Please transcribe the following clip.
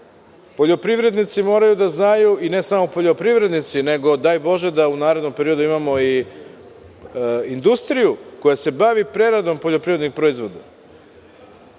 Poljoprivrednici moraju da znaju, ne samo poljoprivrednici, nego daj Bože da u narednom periodu imamo i industriju koja se bavi preradom poljoprivrednih proizvoda. Nažalost,